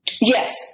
Yes